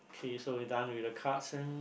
okay so we done with the cards and